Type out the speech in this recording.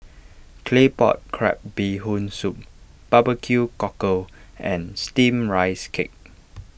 Claypot Crab Bee Hoon Soup Barbecue Cockle and Steamed Rice Cake